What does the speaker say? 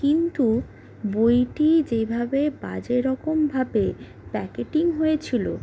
কিন্তু বইটি যেভাবে বাজে রকমভাবে প্যাকেটিং হয়েছিল